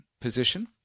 position